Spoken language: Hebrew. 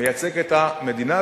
היא מייצגת את המדינה,